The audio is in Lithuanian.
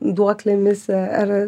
duoklėmis ar